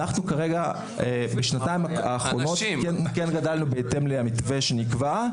בשנתיים האחרונות כן גדלנו בהתאם למתווה שנקבע.